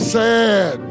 sad